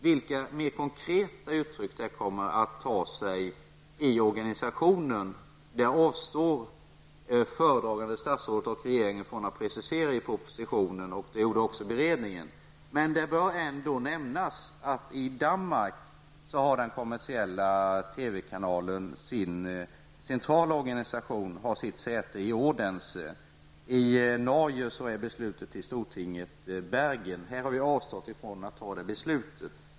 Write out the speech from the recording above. Vilka mera konkreta uttryck det här kommer att ta sig i organisationen avstår föredragande statsrådet och regeringen från att precisera i propositionen, och det gjorde också beredningen. Det bör ändock nämnas att i Danmark har den centrala organisationen för den kommersiella TV-kanalen sitt säte i Odense. I Norge fattas besluten i stortinget i Bergen. Här har vi avstått ifrån att fatta ett sådant beslut.